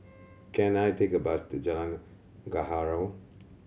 can I take a bus to Jalan Gaharu